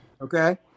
okay